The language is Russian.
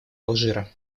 алжира